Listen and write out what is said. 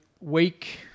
week